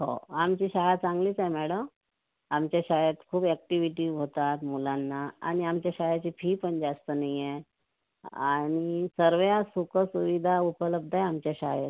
हो आमची शाळा चांगलीच आहे मॅडम आमच्या शाळेत खूप अॅक्टिव्हिटी होतात मुलांना आणि आमच्या शाळेची फीपण जास्त नाहीये आणि सर्व्या सुखसुविधा उपलब्ध आहे आमच्या शाळेत